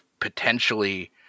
potentially